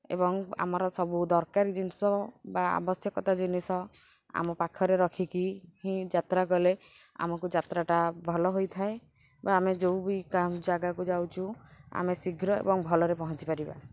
ଏବଂ ଆମର ସବୁ ଦରକାରୀ ଜିନିଷ ବା ଆବଶ୍ୟକତା ଜିନିଷ ଆମ ପାଖରେ ରଖିକି ହିଁ ଯାତ୍ରା କଲେ ଆମକୁ ଯାତ୍ରାଟା ଭଲ ହୋଇଥାଏ ବା ଆମେ ଯେଉଁ ବି ଟାଉନ୍ ଜାଗାକୁ ଯାଉଛୁ ଆମେ ଶୀଘ୍ର ଏବଂ ଭଲରେ ପହଞ୍ଚିପାରିବା